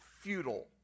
futile